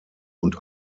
und